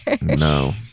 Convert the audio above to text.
No